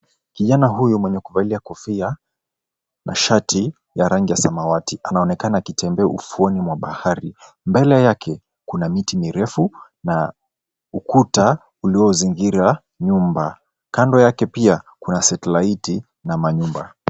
Kijana huyu mwenye kuvalia kofia na shati ya rangi ya samawati, anaonekana akitembea ufuoni mwa bahari. Mbele yake kuna miti mirefu na ukuta uliozingira nyumba. Kando yake pia kuna satellite na manyumba.